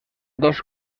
dos